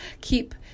keep